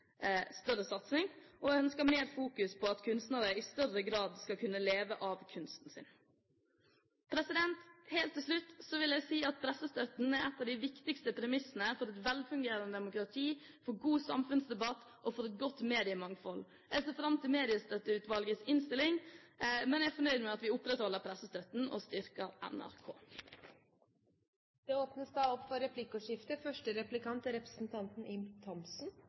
satsing. Jeg ønsker mer fokus på at kunstnere i større grad skal kunne leve av kunsten sin. Helt til slutt vil jeg si at pressestøtten er en av de viktigste premissene for et velfungerende demokrati, for god samfunnsdebatt og for et godt mediemangfold. Jeg ser fram til Mediestøtteutvalgets innstilling, men jeg er fornøyd med at vi opprettholder pressestøtten og styrker NRK. Det blir replikkordskifte. SV løfter ikke kommuneøkonomien, og den er viktig for at landet skal fungere. Den er